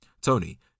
Tony